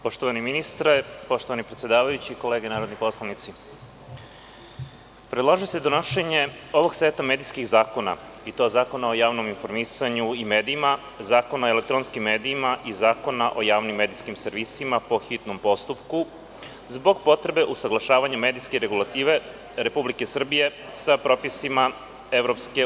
Poštovani ministre, poštovani predsedavajući, kolege narodni poslanici, predlaže se donošenje ovog seta medijskih zakona, i to Zakon o javnom informisanju i medijima, Zakon o elektronskim medijima i Zakon o javnim medijskim servisima po hitnom postupku zbog potrebe usaglašavanja medijske regulative Republike Srbije sa propisima EU.